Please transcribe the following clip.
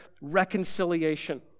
reconciliation